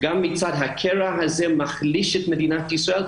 הקרע הזה מחליש את מדינת ישראל.